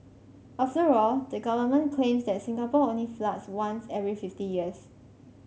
after all the government claims that Singapore only floods once every fifty years